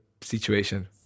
situation